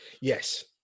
yes